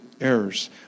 errors